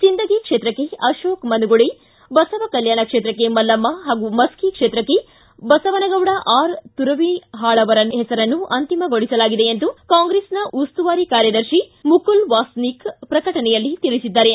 ಸಿಂದಗಿ ಕ್ಷೆತ್ರಕ್ಕೆ ಆಶೋಕ್ ಮನಗೊಳಿ ಬಸವಕಲ್ಯಾಣ ಕ್ಷೇತ್ರಕ್ಕೆ ಮಲ್ಲಮ್ಮ ಹಾಗೂ ಮಸ್ಕಿ ಕ್ಷೇತ್ರಕ್ಕೆ ಬಸವನಗೌಡ ಆರ್ ತುರವಿಹಾಳ್ ಅವರ ಹೆಸರನ್ನು ಅಂತಿಮಗೊಳಿಸಲಾಗಿದೆ ಎಂದು ಕಾಂಗ್ರೆಸ್ನ ಉಸ್ತುವಾರಿ ಕಾರ್ಯದರ್ಶಿ ಮುಕುಲ್ ವಾಸನಿಕ್ ಪ್ರಕಟಣೆಯಲ್ಲಿ ತಿಳಿಸಿದ್ದಾರೆ